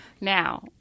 Now –